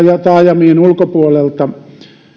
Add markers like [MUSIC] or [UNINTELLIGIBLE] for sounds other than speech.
[UNINTELLIGIBLE] ja taajamien ulkopuolelta